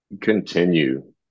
continue